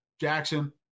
Jackson